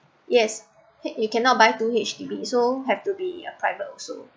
yes you cannot buy two H_D_B so have to be a private also